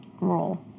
role